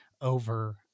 over